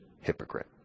hypocrite